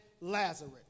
Lazarus